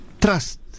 trust